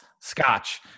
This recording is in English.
scotch